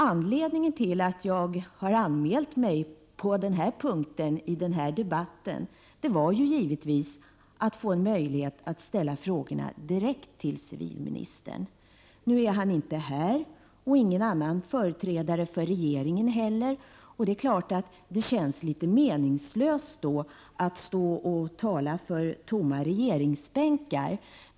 Anledningen till att jag har anmält mig på den här punkten i denna debatt var givetvis att få en möjlighet att ställa frågorna direkt till civilministern. Nu är han inte här och inte heller någon annan företrädare för regeringen. Det är klart att det då känns litet meningslöst att stå här och tala för tomma regeringsbänkar.